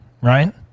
right